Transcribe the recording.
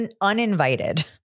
Uninvited